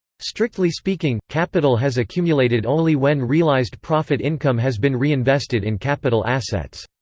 strictly speaking, capital has accumulated only when realised profit income has been reinvested in capital assets.